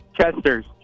Chester's